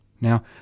Now